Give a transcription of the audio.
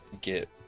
get